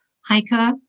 hiker